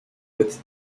with